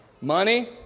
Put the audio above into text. money